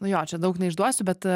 jo čia daug neišduosiu bet